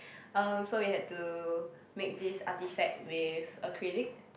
um so we had to make this artifact with acrylic